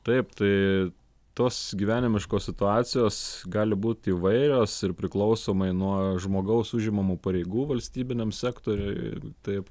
taip tai tos gyvenimiškos situacijos gali būt įvairios ir priklausomai nuo žmogaus užimamų pareigų valstybiniam sektoriuj taip